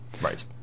Right